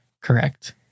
Correct